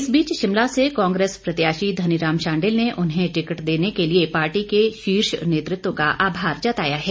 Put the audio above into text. इस बीच शिमला से कांग्रेस प्रत्याशी धनीराम शांडिल ने उन्हें टिकट देने के लिए पार्टी के शीर्ष नेतृत्व का आभार जताया है